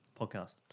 Podcast